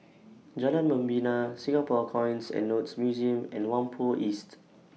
Jalan Membina Singapore Coins and Notes Museum and Whampoa East